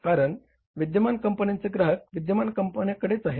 कारण विद्यमान कंपन्यांचे ग्राहक विद्यमान कंपन्यांकडेच आहेत